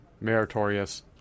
meritorious